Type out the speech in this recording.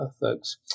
folks